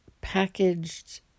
packaged